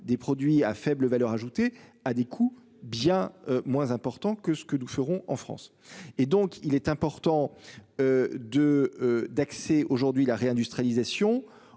des produits à faible valeur ajoutée à des coûts bien moins important que ce que nous ferons en France et donc il est important. De d'accès aujourd'hui la réindustralisation.